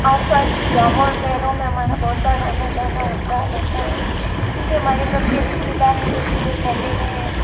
आसपास के गाँवो और शहरों में हमारा बहुत बार आना जाना होता रहता है क्योंकि हमारे सबके रिश्तेदार इधर उधर फ़ैले हुए हैं